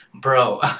Bro